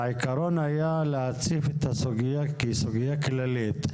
העיקרון היה להציף את הסוגיה כסוגיה כללית.